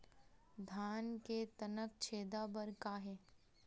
धान के तनक छेदा बर का हे?